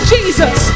Jesus